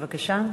בבקשה.